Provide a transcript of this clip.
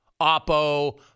Oppo